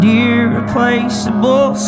irreplaceable